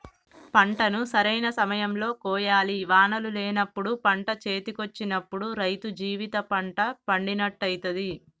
పంటను సరైన సమయం లో కోయాలి వానలు లేనప్పుడు పంట చేతికొచ్చినప్పుడు రైతు జీవిత పంట పండినట్టయితది